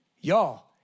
Y'all